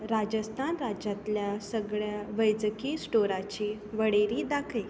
राजस्थान राज्यांतल्या सगळ्यां वैजकी स्टोरांची वळेरी दाखय